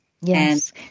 yes